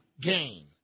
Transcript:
gain